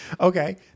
Okay